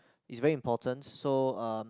is very important so um